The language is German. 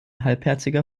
halbherziger